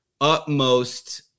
utmost